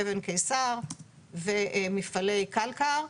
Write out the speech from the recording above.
אבן קיסר ומפעלי קלקר.